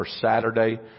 Saturday